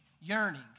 yearning